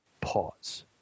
Pause